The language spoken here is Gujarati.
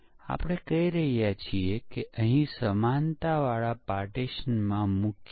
ઉદાહરણ તરીકે તમે પ્રોગ્રામ ક્રેશ અથવા ખોટા પરિણામો જોયા હશે